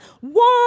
One